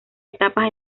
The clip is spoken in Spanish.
etapas